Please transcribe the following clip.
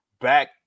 back